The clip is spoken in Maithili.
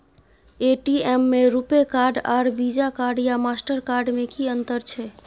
ए.टी.एम में रूपे कार्ड आर वीजा कार्ड या मास्टर कार्ड में कि अतंर छै?